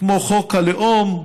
כמו חוק הלאום,